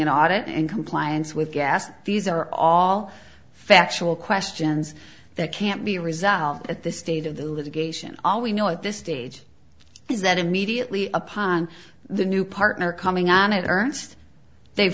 an audit and compliance with gas these are all factual questions that can't be resolved at the state of the litigation all we know at this stage is that immediately upon the new partner coming on it aren't they